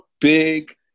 Big